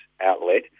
outlet